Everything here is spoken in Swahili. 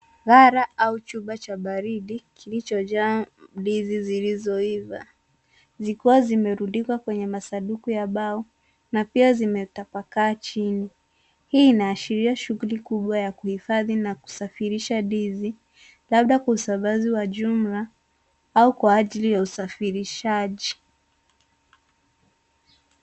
Ghala au chumba cha baridi kilichojaa ndizi zilizoiva zikiwa zimerundika kwenye masanduku ya mbao na pia zimetapakaa chini. Hii inaashiria shughuli kubwa ya kuhifadhi na kusafirisha ndizi labda kwa usambazi wa jumla au kwa ajili ya usafirishaji.